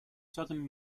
southern